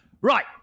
Right